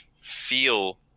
feel